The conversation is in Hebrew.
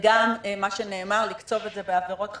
וגם לקצוב את זה בעבירות חמורות,